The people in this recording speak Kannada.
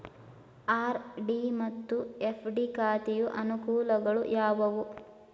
ಆರ್.ಡಿ ಮತ್ತು ಎಫ್.ಡಿ ಖಾತೆಯ ಅನುಕೂಲಗಳು ಯಾವುವು?